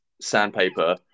sandpaper